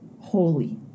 holy